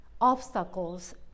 obstacles